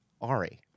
Ari